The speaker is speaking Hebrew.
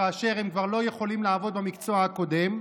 כאשר הם כבר לא יכולים לעבוד במקצוע הקודם,